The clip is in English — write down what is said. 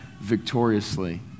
victoriously